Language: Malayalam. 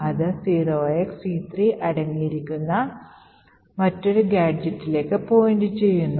അത് 0xC3 അടങ്ങിയിരിക്കുന്ന മറ്റൊരു ഗാഡ്ജെറ്റിലേക്ക് point ചെയ്യുന്നു